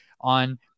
on